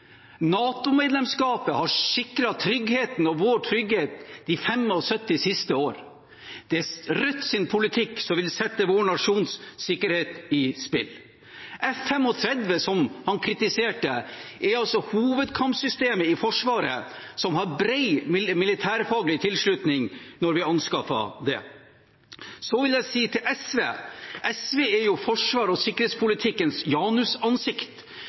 har sikret vår trygghet de 75 siste årene. Det er Rødts politikk som vil sette vår nasjons sikkerhet i spill. F-35, som han kritiserte, er altså hovedkampsystemet i Forsvaret, som hadde bred militærfaglig tilslutning da vi anskaffet det. Til SV vil jeg si: SV er forsvars- og sikkerhetspolitikkens janusansikt.